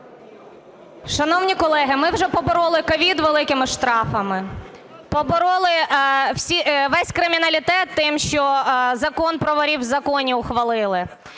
Шановні колеги, ми вже побороли COVID великими штрафами. Побороли весь криміналітет тим, що Закон про "ворів в законі" ухвалили.